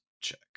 check